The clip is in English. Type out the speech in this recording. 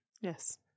Yes